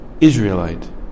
Israelite